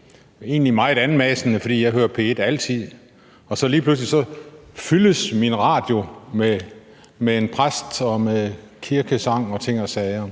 – egentlig meget anmassende, for jeg hører altid P1. Lige pludselig fyldes min radio med en præst og kirkesang og ting og sager.